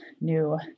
new